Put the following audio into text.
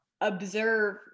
observe